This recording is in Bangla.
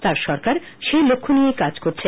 তার সরকার সেই লক্ষ্য নিয়েই কাজ করছে